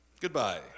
Goodbye